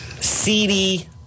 seedy